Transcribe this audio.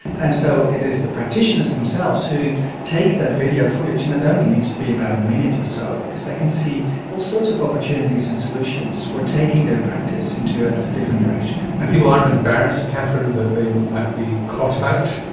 and so it is the practitioners themselves who take that video footage, and it only needs to be about a minute or so because they can see all sorts of opportunities and solutions for taking their practice into a different direction. and people aren't embarrassed, katherine, that they might be caught out?